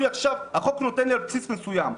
החוק נותן לי על בסיס מסוים.